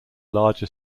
larger